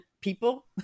people